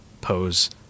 pose